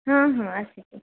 ହଁ ହଁ ଆସିବି